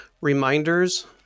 reminders